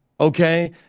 okay